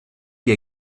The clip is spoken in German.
die